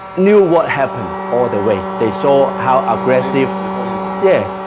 knew what happened all the way, they saw how aggressive the whole image yeah,